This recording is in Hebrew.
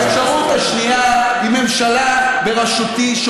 והאפשרות השנייה היא ממשלה בראשותי,